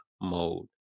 mode